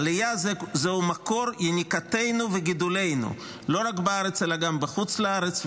העלייה זהו מקור יניקתנו וגידולנו לא רק בארץ אלא גם בחוץ-לארץ,